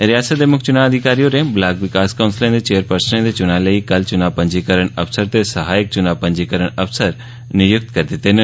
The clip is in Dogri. रिआसते दे मुक्ख चुनां अधिकारी होरें ब्लाक विकास काउंसलें दे चेयरपर्सनें दे चुनां लेई कल चुनां पंजीकरण अफसर ते सहायक चुनां पंजीकरण अफसर नियुक्त कीते न